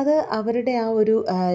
അത് അവരുടെ ആ ഒരു